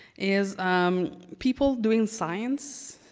is people doing science,